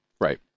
Right